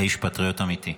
האיש פטריוט אמיתי.